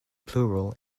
plural